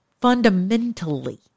Fundamentally